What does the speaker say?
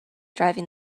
driving